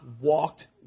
walked